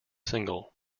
single